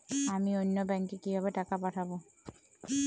আমি অন্য ব্যাংকে কিভাবে টাকা পাঠাব?